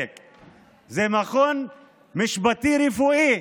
זה לא בית עסק, זה מכון משפטי רפואי,